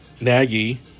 Nagy